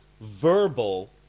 verbal